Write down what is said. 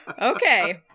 Okay